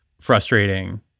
frustrating